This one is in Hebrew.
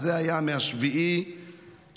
זה היה מ-7 באוקטובר.